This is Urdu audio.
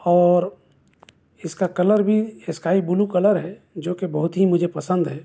اور اس کا کلر بھی اسکائی بلو کلر ہے جو کہ بہت ہی مجھے پسند ہے